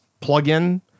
plugin